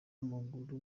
w’amaguru